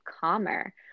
calmer